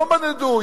לא מדדו,